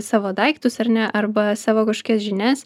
savo daiktus ar ne arba savo kažkokias žinias